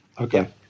okay